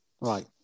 Right